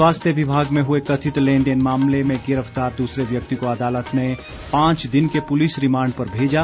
स्वास्थ्य विभाग में हए कथित लेन देन मामले में गिरफ़तार दूसरे व्यक्ति को अदालत ने पांच दिन के पुलिस रिमांड पर भेजा